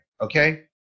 okay